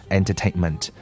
entertainment